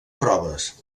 proves